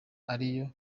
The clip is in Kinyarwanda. ariyo